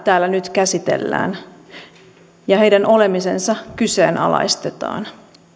täällä nyt käsitellään ja heidän olemisensa kyseenalaistetaan